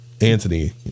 Anthony